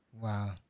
Wow